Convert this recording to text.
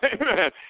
Amen